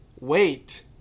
Wait